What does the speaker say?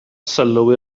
sylw